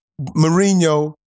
Mourinho